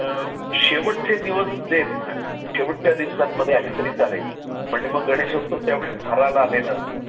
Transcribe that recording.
शेवटचे दिवस जे आहेत ना शेवटच्या दिवसांमध्ये आली तरी चालेल म्हणजे मग गणेशोत्सव त्यावेळी बहराला आलेला